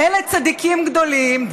אלה צדיקים גדולים,